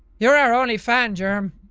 you're our only fan, germ.